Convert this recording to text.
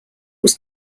was